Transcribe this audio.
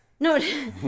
No